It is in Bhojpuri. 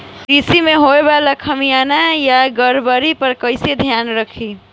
कृषि में होखे वाला खामियन या गड़बड़ी पर कइसे ध्यान रखि?